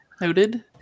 noted